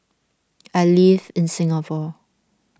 I live in Singapore